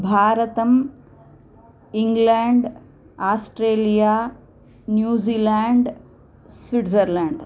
भारतम् England Australia New Zealand Switzerland